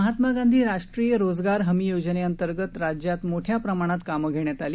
महात्मा गांधी राष्ट्रीय रोजगार हमी योजनेअंतर्गत राज्यात मोठ्या प्रमाणात कामं घेण्यात आली